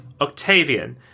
Octavian